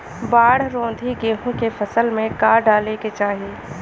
बाढ़ रोधी गेहूँ के फसल में का डाले के चाही?